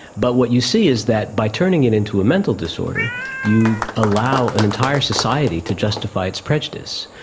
but what you see is that by turning it into a mental disorder you allow an entire society to justify its prejudice.